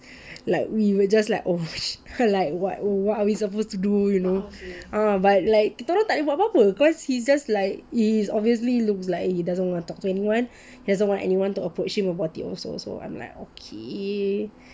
like we will just like !huh! like what what are we supposed to do you know ah but like kita tak boleh buat apa-apa cause he's just like he is obviously looks like he doesn't wanna talk to anyone he doesn't want anyone to approach him about it also so I'm like okay